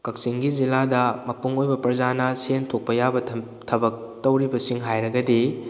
ꯀꯛꯆꯤꯡꯒꯤ ꯖꯤꯂꯥꯗ ꯃꯄꯨꯡ ꯑꯣꯏꯕ ꯄ꯭ꯔꯖꯥꯅ ꯁꯦꯜ ꯊꯣꯛꯄ ꯌꯥꯕ ꯊꯕꯛ ꯇꯧꯔꯤꯕꯁꯤꯡ ꯍꯥꯏꯔꯒꯗꯤ